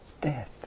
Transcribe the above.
death